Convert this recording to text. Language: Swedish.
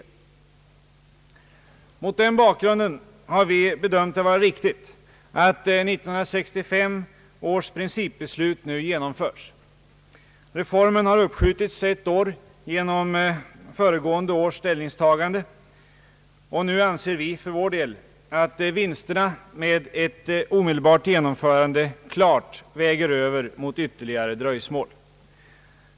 Mot den bakgrunden har vi bedömt det vara riktigt att 1965 års principbeslut nu genomförs. Reformen har uppskjutits ett år genom föregående års ställningstagande, och nu anser vi att vinsterna med ett omedelbart genomförande klart väger över i förhållande till ytterligare dröjsmål.